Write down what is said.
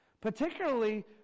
particularly